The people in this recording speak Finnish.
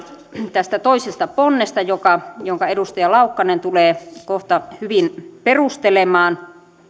tästä toisesta ponnesta jonka edustaja laukkanen tulee kohta hyvin perustelemaan